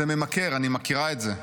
זה ממכר, אני מכירה את זה.